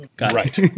Right